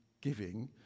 giving